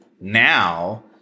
now